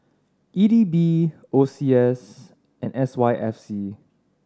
E D B O C S and S Y F C